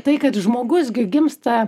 tai kad žmogus gi gimsta